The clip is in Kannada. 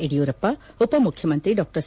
ಯದಿಯೂರಪ್ಪ ಉಪಮುಖ್ಯಮಂತ್ರಿ ಡಾ ಸಿ